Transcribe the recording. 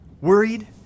Worried